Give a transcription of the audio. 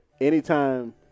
Anytime